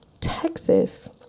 Texas